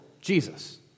Jesus